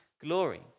glory